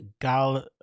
Gal